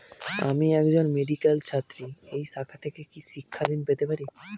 আমি একজন মেডিক্যাল ছাত্রী এই শাখা থেকে কি শিক্ষাঋণ পেতে পারি?